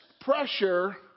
pressure